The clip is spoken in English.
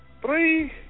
three